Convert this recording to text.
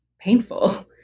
painful